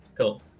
Cool